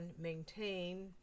maintain